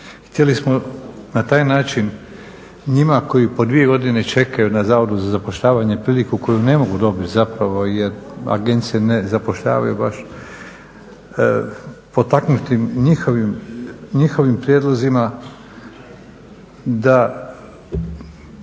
htjeli smo na taj način njima koji po dvije godine čekaju na Zavodu za zapošljavanje priliku koju ne mogu dobiti zapravo jer agencije ne zapošljavaju baš potaknuti njihovim prijedlozima da